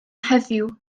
heddiw